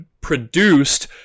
produced